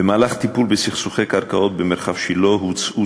במהלך טיפול בסכסוכי קרקעות במרחב שילה הוצאו